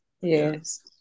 Yes